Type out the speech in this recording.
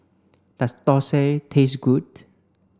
does Thosai taste good